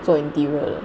做 interior